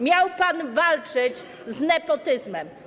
Miał pan walczyć z nepotyzmem.